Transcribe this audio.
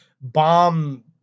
bomb